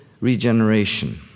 regeneration